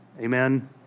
Amen